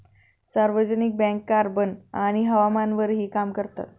सार्वजनिक bank carbon आणि हवामानावरही काम करतात